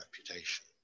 reputation